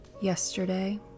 yesterday